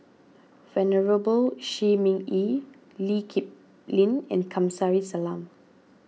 Venerable Shi Ming Yi Lee Kip Lin and Kamsari Salam